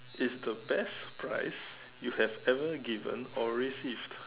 is the best prize you have ever given or received